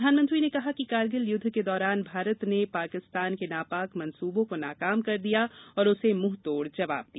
प्रधानमंत्री ने कहा कि कारगिल युद्व के दौरान भारत ने पाकिस्तान के नापाक मंसूबों को नाकाम कर दिया और उसे मुहंतोड़ जबाव दिया